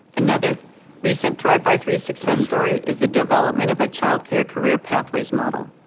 another recent thrive by three success story is the development of a childcare career pathways model.